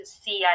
see